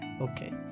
Okay